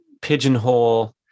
pigeonhole